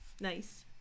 Nice